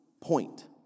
point